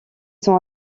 sont